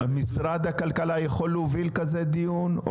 משרד הכלכלה יכול להוביל כזה דיון?